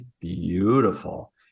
beautiful